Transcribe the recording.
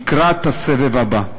לקראת הסבב הבא.